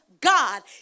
God